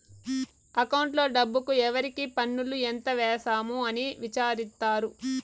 అకౌంట్లో డబ్బుకు ఎవరికి పన్నులు ఎంత వేసాము అని విచారిత్తారు